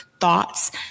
thoughts